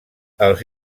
els